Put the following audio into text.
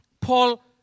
Paul